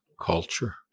culture